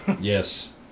yes